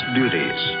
duties